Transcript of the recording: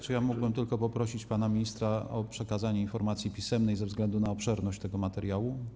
Czy ja mógłbym tylko poprosić pana ministra o przekazanie informacji pisemnej ze względu na obszerność tego materiału?